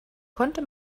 konnte